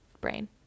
brain